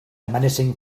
menacing